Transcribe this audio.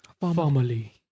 family